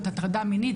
הטרדה מינית,